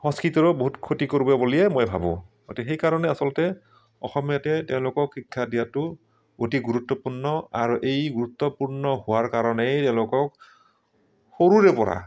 সংস্কৃতিৰো বহুত ক্ষতি কৰিব বুলিয়ে মই ভাবো গতিকে সেইকাৰণে আচলতে অসমীয়াতে তেওঁলোকক শিক্ষা দিয়াতো অতি গুৰুত্বপূৰ্ণ আৰু এই গুৰুত্বপূৰ্ণ হোৱাৰ কাৰণেই তেওঁলোকক সৰুৰে পৰা